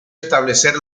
establecer